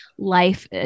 life